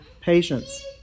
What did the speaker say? patience